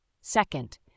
Second